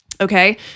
Okay